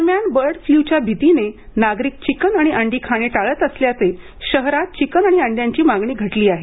दरम्यान बर्ड फ्लूच्या भीतीने नागरिक चिकन आणि अंडी खाणे टाळत असल्याने शहरात चिकन आणि अंड्यांची मागणी घटली आहे